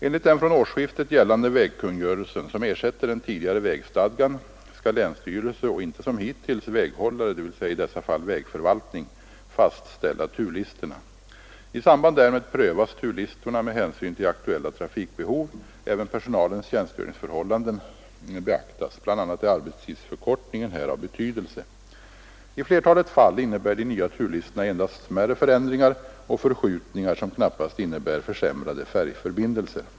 Enligt den från årsskiftet gällande vägkungörelsen, som ersätter den tidigare vägstadgan, skall länsstyrelse — och inte som hittills väghållare, dvs. i dessa fall vägförvaltning — fastställa turlistorna. I samband därmed prövas turlistorna med hänsyn till aktuella trafikbehov. Även personalens tjänstgöringsförhållanden beaktas. Bl. a. är arbetstidsförkortningen här av betydelse. I flertalet fall innebär de nya turlistorna endast smärre förändringar och förskjutningar som knappast innebär försämrade färjförbindelser.